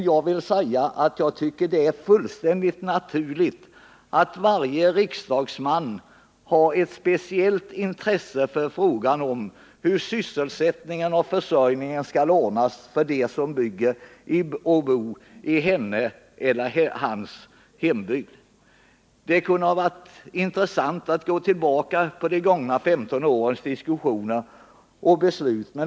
Jag tycker att det är fullständigt naturligt att varje riksdagsman har ett speciellt intresse för frågan om hur sysselsättningen och försörjningen skall ordnas för dem som bygger och bor i hennes eller hans hembygd. Det kunde ha varit intressant att gå tillbaka till de gångna 15 årens diskussioner och beslut.